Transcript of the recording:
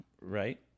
right